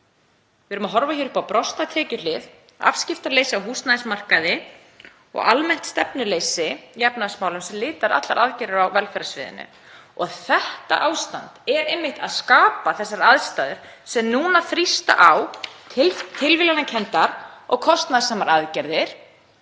Við erum að horfa upp á brostna tekjuhlið, afskiptaleysi á húsnæðismarkaði og almennt stefnuleysi í efnahagsmálum sem litar allar aðgerðir á velferðarsviðinu. Þetta ástand skapar einmitt þær aðstæður sem nú þrýsta á tilviljanakenndar og kostnaðarsamar aðgerðir.